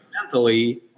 fundamentally